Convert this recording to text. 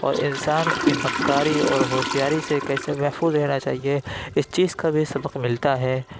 اور انسان کی مکاری اور ہوشیاری سے کیسے محفوظ رہنا چاہیے اس چیز کا بھی سبق ملتا ہے